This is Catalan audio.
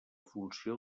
funció